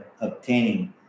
obtaining